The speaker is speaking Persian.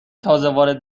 تازهوارد